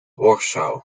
warschau